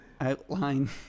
outline